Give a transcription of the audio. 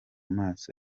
maso